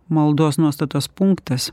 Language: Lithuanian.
maldos nuostatos punktas